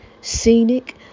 scenic